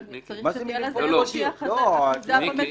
אבל צריכה להיות לזה איזושהי אחיזה במציאות,